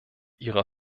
ihrer